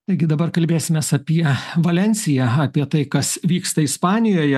taigi dabar kalbėsimės apie valensiją apie tai kas vyksta ispanijoje